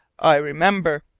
i remember!